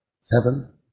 seven